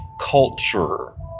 culture